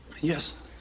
Yes